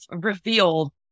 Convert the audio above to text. revealed